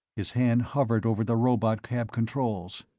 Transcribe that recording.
his hand hovered over the robotcab controls.